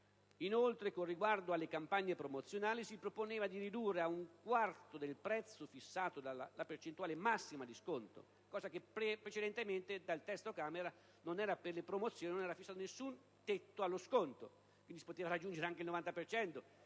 Inoltre, con riguardo alle campagne promozionali, si proponeva di ridurre ad un quarto del prezzo fissato la percentuale massima di sconto, mentre precedentemente, nel testo approvato dalla Camera dei deputati, per le promozioni non era fissato alcun tetto allo sconto e si poteva quindi raggiungere anche il 90